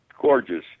gorgeous